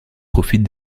profite